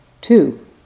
Two